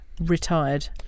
retired